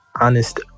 honest